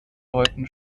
leuten